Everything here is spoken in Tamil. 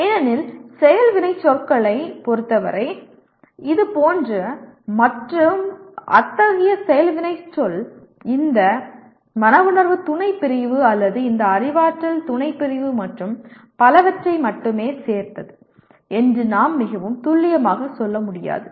ஏனெனில் செயல் வினைச்சொற்களைப் பொறுத்தவரை இதுபோன்ற மற்றும் அத்தகைய செயல் வினைச்சொல் இந்த மன உணர்வு துணைப்பிரிவு அல்லது இந்த அறிவாற்றல் துணைப்பிரிவு மற்றும் பலவற்றை மட்டுமே சேர்ந்தது என்று நாம் மிகவும் துல்லியமாக சொல்ல முடியாது